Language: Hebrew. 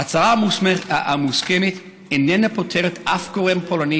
ההצהרה המוסכמת איננה פוטרת שום גורם פולני